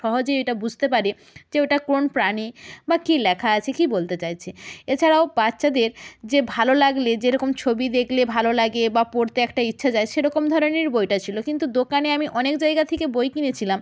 সহজেই এটা বুঝতে পারে যে ওটা কোন প্রাণী বা কী লেখা আছে কী বলতে চাইছে এছাড়াও বাচ্চাদের যে ভালো লাগলে যেরকম ছবি দেখলে ভালো লাগে বা পড়তে একটা ইচ্ছা যায় সেরকম ধরনের বইটা ছিল কিন্তু দোকানে আমি অনেক জায়গা থেকে বই কিনেছিলাম